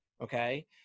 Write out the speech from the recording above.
Okay